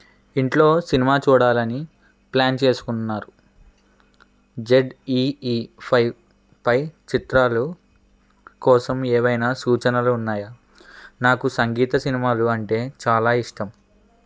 ఇంట్లో సినిమా చూడాలని ప్లాన్ చేసుకుంటున్నారు జడ్ఈఈ ఫైవ్ పై చిత్రాలు కోసం ఏవైనా సూచనలు ఉన్నాయా నాకు సంగీత సినిమాలు అంటే చాలా ఇష్టం